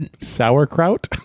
Sauerkraut